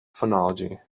phonology